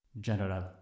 General